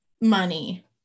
money